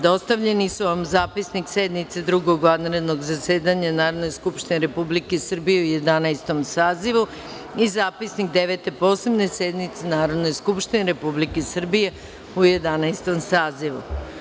Dostavljeni su vam zapisnik sednice Drugog vanredovnog zasedanja Narodne skupštine Republike Srbije u Jedanaestom sazivu i zapisnik Devete Posebne sednice Narodne skupštine Republike Srbije u Jedanaestom sazivu.